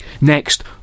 Next